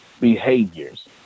behaviors